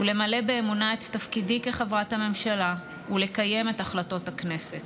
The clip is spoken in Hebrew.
למלא באמונה את תפקידי כחברת הממשלה ולקיים את החלטות הכנסת.